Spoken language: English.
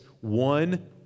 one